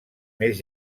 més